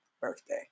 birthday